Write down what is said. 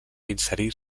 inserir